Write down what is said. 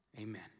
Amen